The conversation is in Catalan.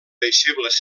deixebles